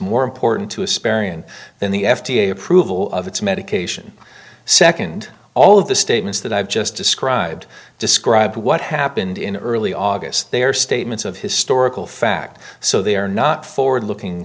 more important to a sperry and then the f d a approval of its medication second all of the statements that i've just described described what happened in early august they are statements of historical fact so they are not forward looking